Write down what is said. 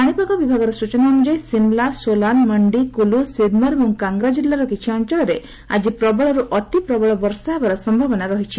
ପାଣିପାଗ ବିଭାଗର ସୂଚନା ଅନୁଯାୟୀ ଶିମଲା ସୋଲାନ୍ ମଣ୍ଡି କୁଲୁ ସିରମର୍ ଏବଂ କାଙ୍ଗ୍ରା କିଲ୍ଲାର କିଛି ଅଞ୍ଚଳରେ ଆକି ପ୍ରବଳରୁ ଅତି ପ୍ରବଳ ବର୍ଷା ହେବାର ସମ୍ଭାବନା ଅଛି